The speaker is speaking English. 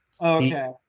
Okay